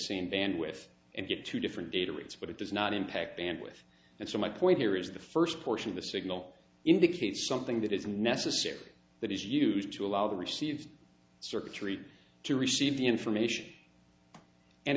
same band with and get two different data rates but it does not impact and with and so my point here is the first portion of the signal indicates something that is necessary that is used to allow the received circuitry to receive the information and